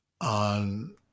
on